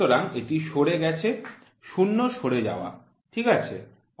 সুতরাং এটি সরে গেছে শূন্য সরে যাওয়া ঠিক আছে